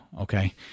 Okay